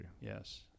Yes